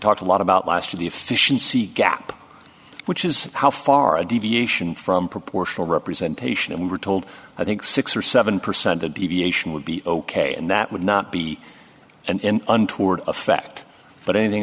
talked a lot about last of the efficiency gap which is how far a deviation from proportional representation and we were told i think six or seven percent of deviation would be ok and that would not be and untoward effect but anything